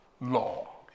law